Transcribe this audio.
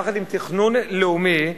יחד עם תכנון לאומי,